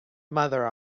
mother